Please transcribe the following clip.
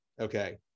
okay